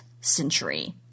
century